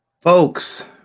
folks